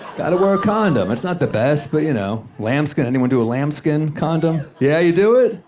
gotta wear a condom. it's not the best, but you know. lambskin, anyone do a lambskin condom? yeah, you do it?